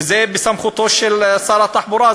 וזה בסמכותו של שר התחבורה,